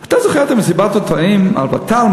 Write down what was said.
אתה זוכר את מסיבת העיתונאים על ות"ל,